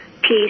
peace